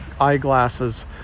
eyeglasses